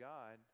God